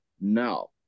now